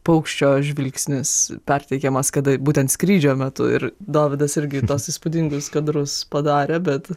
paukščio žvilgsnis perteikiamas kada būtent skrydžio metu ir dovydas irgi tuos įspūdingus kadrus padarė bet